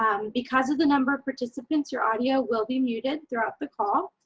because of the number of participants your audio will be muted throughout the call.